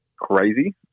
Crazy